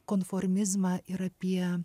konformizmą ir apie